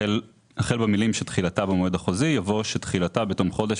החל במילים "שתחילתה במועד החוזי" יבוא "שתחילתה בתום חודש